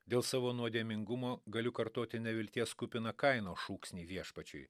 dėl savo nuodėmingumo galiu kartoti nevilties kupiną kaino šūksnį viešpačiui